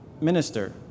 minister